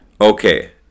Okay